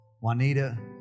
Juanita